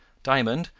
diamond,